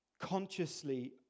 consciously